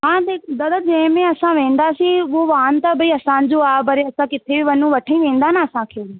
हां त हिकु दादा जंहिंमें असां वेंदासीं उहो वाहन भाई असांजो आहे त असां किथे बि वञऊं वठी वेंदा न असांखे बि